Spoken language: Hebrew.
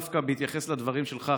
דווקא בהתייחס לדברים שלך,